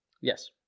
Yes